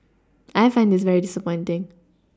I find this very disappointing